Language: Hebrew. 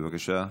בבקשה,